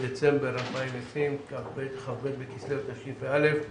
היום 8 בדצמבר 2020, כ"ב בכסלו התשפ"א.